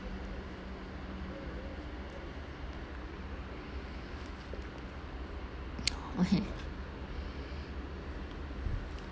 okay